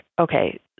okay